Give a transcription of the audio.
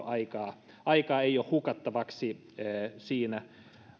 aikaa ei ole hukattavaksi siinä